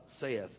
saith